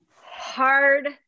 hard